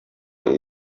uri